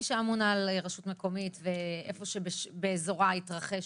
מי שאמון על רשות מקומית ואיפה שבאזורה התרחשה